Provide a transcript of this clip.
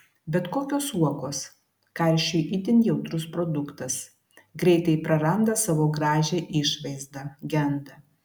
bet kokios uogos karščiui itin jautrus produktas greitai praranda savo gražią išvaizdą genda